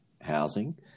housing